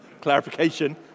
Clarification